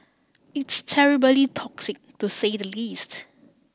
it's terribly toxic to say the least